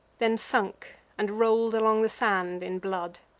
then sunk, and roll'd along the sand in blood.